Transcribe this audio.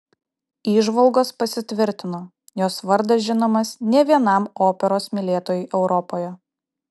įžvalgos pasitvirtino jos vardas žinomas ne vienam operos mylėtojui europoje